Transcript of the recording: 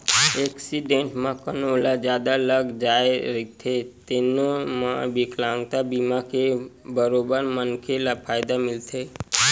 accident म कोनो ल जादा लाग जाए रहिथे तेनो म बिकलांगता बीमा के बरोबर मनखे ल फायदा मिलथे